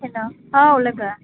hello औ लोगो